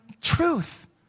truth